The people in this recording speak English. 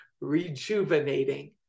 rejuvenating